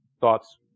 thoughts